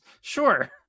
Sure